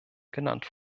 genannt